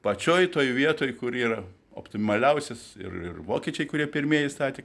pačioj toj vietoj kur yra optimaliausias ir ir vokiečiai kurie pirmieji statė